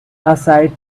aside